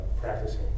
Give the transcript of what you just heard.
practicing